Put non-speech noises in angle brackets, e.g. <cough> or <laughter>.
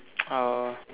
<noise> oh